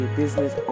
business